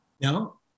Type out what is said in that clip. No